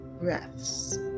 breaths